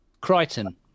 Crichton